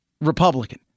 Republican